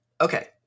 Okay